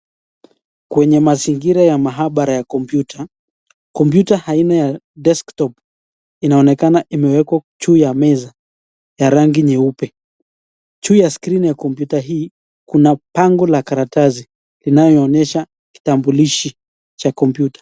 Kwenye mazingira ya maabara ya kompyuta. Kompyuta aina ya desktop inaonekana imewekwa juu ya meza ya rangi nyeupe. Juu ya skrini ya kompyuta hii kuna bango la karatasi inayoonyesha kitambulishi cha kompyuta.